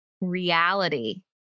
reality